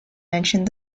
mentioned